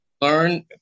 learn